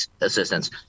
assistance